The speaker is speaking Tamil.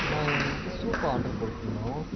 நாங்கள் உங்கள்கிட்ட சூப் ஆர்ட்ரு போட்டிருந்தோம்